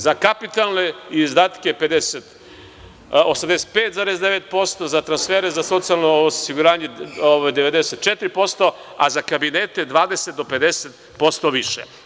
Za kapitalne izdatke 85,9%, za transfere za socijalno osiguranje 94,%, a za kabinete 20 – 50% više.